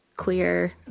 queer